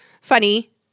Funny